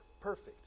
perfect